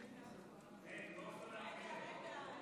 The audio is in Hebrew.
מה איתי?